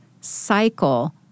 cycle